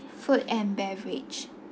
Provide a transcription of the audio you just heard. food and beverage